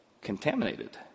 contaminated